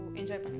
enjoy